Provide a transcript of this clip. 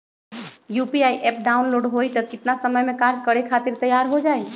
UPI app download होई त कितना समय मे कार्य करे खातीर तैयार हो जाई?